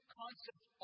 concepts